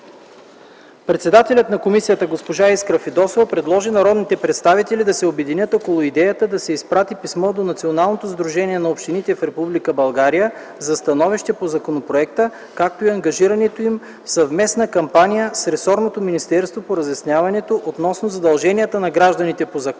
Председателят на комисията госпожа Искра Фидосова предложи народните представители да се обединят около идеята да се изпрати писмо до Националното сдружение на общините в Република България за становище по законопроекта, както и ангажирането им в съвместна кампания с ресорното министерство по разясняването относно задълженията на гражданите по закона, както